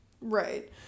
Right